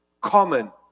common